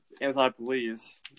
anti-police